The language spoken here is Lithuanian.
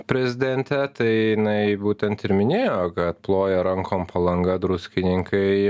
prezidente tai jinai būtent ir minėjo kad ploja rankom palanga druskininkai